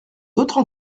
d’autres